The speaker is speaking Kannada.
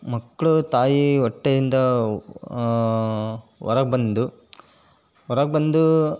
ಮಕ್ಕಳು ತಾಯಿ ಹೊಟ್ಟೆಯಿಂದ ಹೊರಗ್ಬಂದು ಹೊರಗ್ಬಂದು